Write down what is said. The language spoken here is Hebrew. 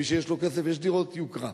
מי שיש לו כסף, יש דירות יוקרה.